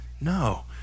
No